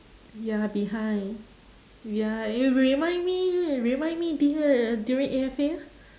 ya behind ya eh you remind me remind me dur~ during A_F_A lor